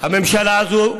הממשלה הזאת,